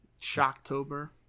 shocktober